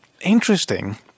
interesting